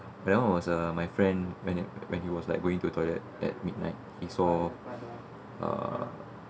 that one was a my friend when he when he was like going to toilet at midnight he saw uh